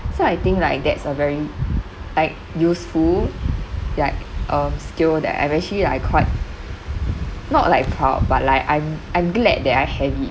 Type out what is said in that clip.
so I think like that's a very like useful like uh skill that I've actually like I quite not like proud but like I'm I'm glad that I have it